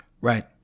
Right